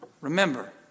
remember